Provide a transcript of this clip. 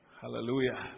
Hallelujah